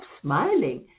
smiling